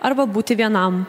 arba būti vienam